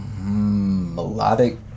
melodic